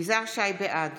בעד